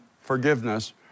forgiveness